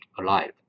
alive